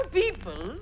people